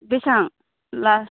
बेसेबां लास्ट